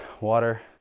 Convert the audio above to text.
water